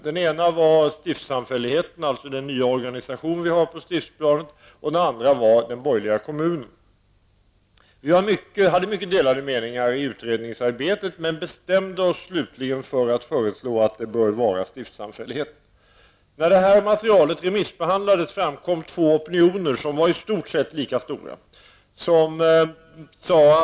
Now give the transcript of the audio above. Den ena var stiftssamfälligheten, alltså den nya organisation vi har på stiftsplanet, och den andra var den borgerliga kommunen. Det var mycket delade meningar i utredningsarbetet, men vi bestämde oss slutligen för att föreslå att det skall vara stiftssamfälligheten som har ansvaret. När detta material remissbehandlades framkom två opinioner, som var i stort sett lika stora.